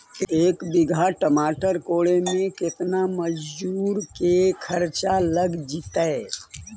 एक बिघा टमाटर कोड़े मे केतना मजुर के खर्चा लग जितै?